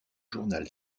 journal